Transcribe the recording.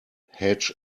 hedge